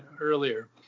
earlier